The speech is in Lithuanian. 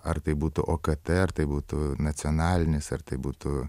ar tai būtų okt ar tai būtų nacionalinis ar tai būtų